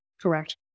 Correct